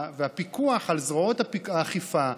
והפיקוח על זרועות האכיפה,